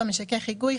משכך היגוי.